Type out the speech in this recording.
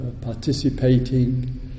participating